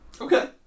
Okay